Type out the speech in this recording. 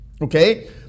Okay